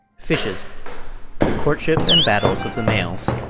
fishes courtship and battles of the males